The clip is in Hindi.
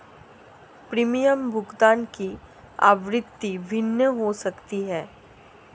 प्रीमियम भुगतान की आवृत्ति भिन्न हो सकती है